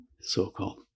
so-called